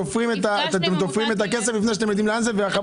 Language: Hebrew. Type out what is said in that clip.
אתם תופרים את הכסף לפני שאתם יודעים וחוות